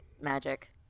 magic